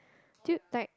dude like